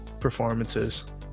performances